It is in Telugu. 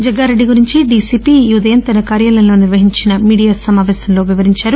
జగ్గారెడ్డి పై డీసీపీ ఈ ఉదయం తన కార్యాలయం లో నిర్వహించిన మీడియా సమాపేశంలో వివరించారు